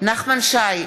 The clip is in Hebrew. נחמן שי,